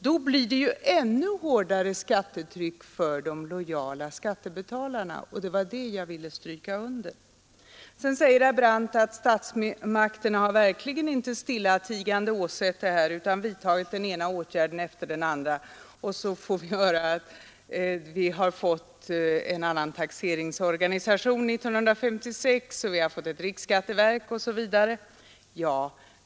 Då blir det ett ännu hårdare skattetryck på de lojala skattebetalarna. Det var detta jag ville understryka. Sedan säger herr Brandt att statsmakterna verkligen inte stillatigande har åsett detta utan har vidtagit den ena åtgärden efter den andra. Och så får vi höra att vi 1956 fick en annan taxeringsorganisation, att vi har fått ett riksskatteverk osv.